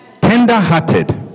Tender-hearted